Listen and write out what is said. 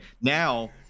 now